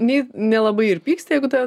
nei nelabai ir pyksta jeigu tave